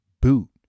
boot